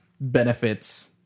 benefits